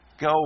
go